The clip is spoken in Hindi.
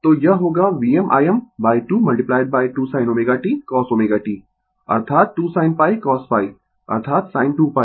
तो यह होगा VmIm2 2 sin ω t cosω t अर्थात 2 sin cos अर्थात sin 2